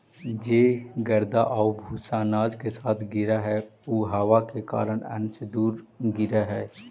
जे गर्दा आउ भूसा अनाज के साथ गिरऽ हइ उ हवा के कारण अन्न से दूर गिरऽ हइ